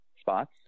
spots